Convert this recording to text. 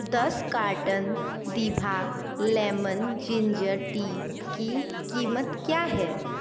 दस कार्टन दिभा lemon ginger tea की कीमत क्या है